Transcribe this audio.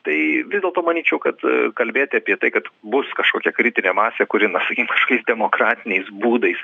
tai vis dėlto manyčiau kad a kalbėti apie tai kad bus kažkokia kritinė masė kuri na sakykim kažkokiais demokratiniais būdais